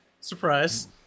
Surprise